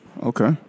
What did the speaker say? Okay